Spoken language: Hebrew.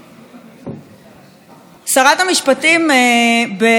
שרת המשפטים בזמן האחרון,